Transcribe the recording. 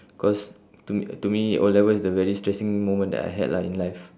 cause to m~ to me O levels is the very stressing moment that I had lah in life